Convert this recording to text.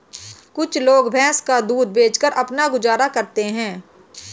कुछ लोग भैंस का दूध बेचकर अपना गुजारा करते हैं